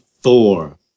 four